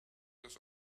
this